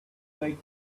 like